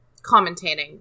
commentating